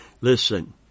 listen